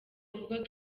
ubwo